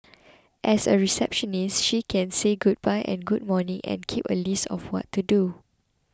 as a receptionist she can say goodbye and good morning and keep a list of what to do